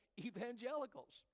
evangelicals